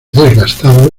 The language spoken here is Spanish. desgastado